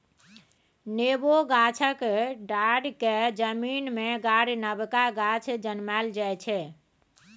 नेबो गाछक डांढ़ि केँ जमीन मे गारि नबका गाछ जनमाएल जाइ छै